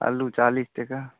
आलू चालीस टके